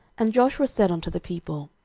and joshua said unto the people,